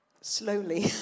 Slowly